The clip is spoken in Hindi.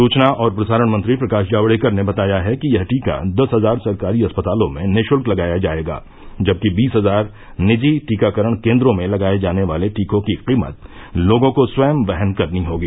सुचना और प्रसारण मंत्री प्रकाश जावडेकर ने बताया है कि यह टीका दस हजार सरकारी अस्पतालों में निशुल्क लगाया जायेगा जबकि बीस हजार निजी टीकाकरण केन्द्रों में लगाये जाने वाले टीकों की कीमत लोगों को स्वयं वहन करनी होगी